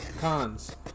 Cons